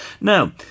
Now